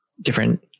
different